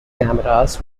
cameras